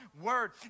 word